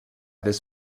this